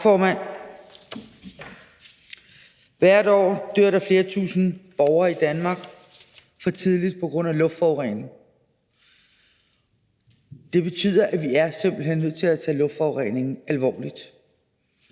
hvert år flere tusind borgere i Danmark for tidligt på grund af luftforurening. Det betyder, at vi simpelt hen er nødt til at tage luftforureningen alvorligt.